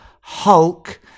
Hulk